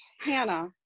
Hannah